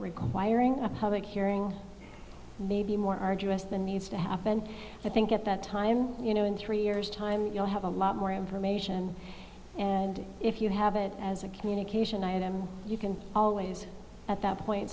requiring a public hearing may be more arduous than needs to have i think at that time three years time you'll have a lot more information and if you have it as a communication item you can always at that point